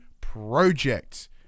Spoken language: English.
project